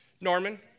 Norman